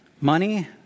Money